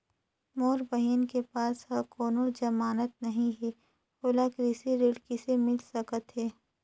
मोर बहिन के पास ह कोनो जमानत नहीं हे, ओला कृषि ऋण किसे मिल सकत हे?